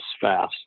fast